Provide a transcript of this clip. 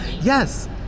yes